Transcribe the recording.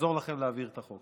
נעזור לכם להעביר את החוק